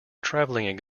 travelling